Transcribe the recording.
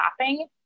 laughing